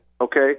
Okay